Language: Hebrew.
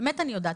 באמת אני יודעת,